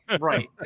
Right